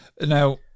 Now